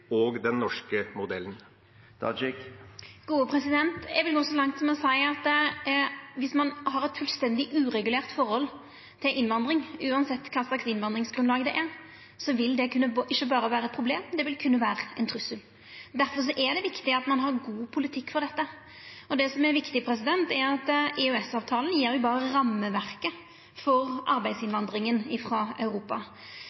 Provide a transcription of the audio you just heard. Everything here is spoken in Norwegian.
og den norske modellen? Eg vil gå så langt som å seia at om ein har eit fullstendig uregulert forhold til innvandring, uansett kva innvandringsgrunnlaget er, vil det ikkje berre vera eit problem – det vil kunna vera ein trussel. Difor er det viktig at ein har ein god politikk for dette. Det som er viktig, er at EØS-avtalen berre gjev rameverket for arbeidsinnvandring frå Europa. Me, som norske politikarar, har eit ansvar for